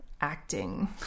Acting